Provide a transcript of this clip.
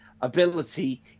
ability